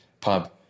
pub